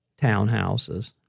townhouses